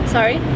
Sorry